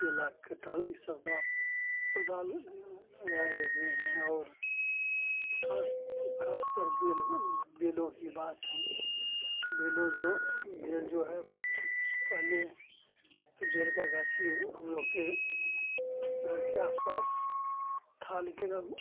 केला कटा ये सब का बज़ार लाए हुए हैं और ख़ास ख़ास तौर पर बेलों की बात है बेलों जो बेल जो है पहले बेल की गाची हम लोग के घर के आस पास थी लेकिन अब